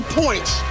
points